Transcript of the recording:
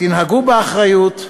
תנהגו באחריות,